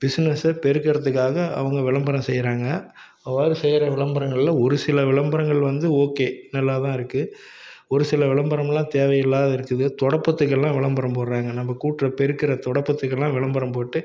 business பெருக்குறத்துக்காக அவங்க விளம்பரம் செய்கிறாங்க அவ்வாறு செய்கிற விளம்பரங்களில் ஒரு சில விளம்பரங்கள் வந்து ஓகே நல்லா தான் இருக்குது ஒரு சில விளம்பரம்லாம் தேவையில்லாது இருக்குது துடப்பத்துக்கெல்லாம் விளம்பரம் போட்டுறாங்க நம்ம கூட்டுற பெருக்கிற துடப்பத்துக்கெல்லாம் விளம்பரம் போட்டு